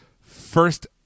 first